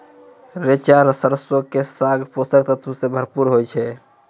रैचा सरसो के साग पोषक तत्वो से भरपूर होय छै